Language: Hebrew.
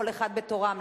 כל אחד בתורם,